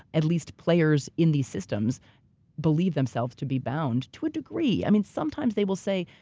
at least players in these systems believe themselves to be bound to a degree. i mean sometimes they will say,